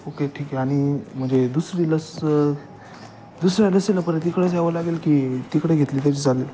okay ठीक आहे आणि म्हणजे दुसरी लस दुसऱ्या लसीला परत इकडंच यावं लागेल की तिकडं घेतली तरी चालेल